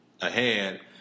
ahead